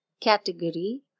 category